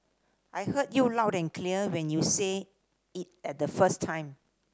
I heard you loud and clear when you said it at the first time